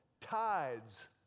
tides